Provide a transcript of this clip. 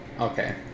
Okay